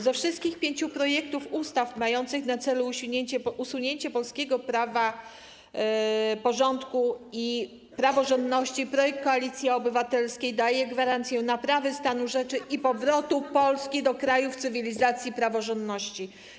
Ze wszystkich pięciu projektów ustaw mających na celu przywrócenie polskiemu prawu porządku i praworządności to projekt Koalicji Obywatelskiej daje gwarancję naprawy stanu rzeczy i powrotu Polski do krajów cywilizacji i praworządności.